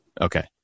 Okay